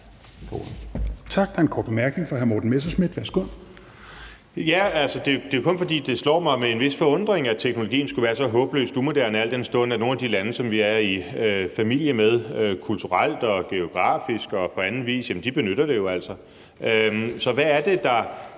Der er en kort bemærkning fra hr. Morten Messerschmidt. Værsgo. Kl. 10:28 Morten Messerschmidt (DF): Det er kun, fordi det slår mig med en vis forundring, at teknologien skulle være så håbløst umoderne, al den stund at nogle af de lande, som vi er i familie med kulturelt, geografisk og på anden vis, benytter den. Hvad er det,